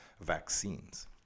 vaccines